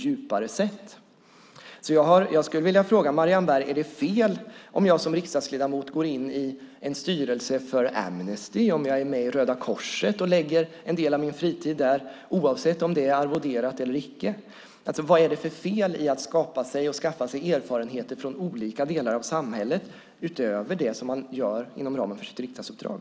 Jag skulle vilja fråga Marianne Berg om det är fel om jag som riksdagsledamot går in i styrelsen för Amnesty, är med i Röda Korset och lägger en del av min fritid där, oavsett om det är arvoderat eller inte. Vad är det för fel med att skaffa sig erfarenheter från olika delar av samhället utöver det som man gör inom ramen för sitt riksdagsuppdrag?